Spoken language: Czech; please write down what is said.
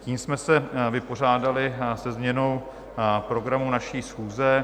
Tím jsme se vypořádali se změnou programu naší schůze.